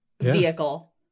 vehicle